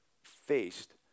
faced